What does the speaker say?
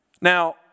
Now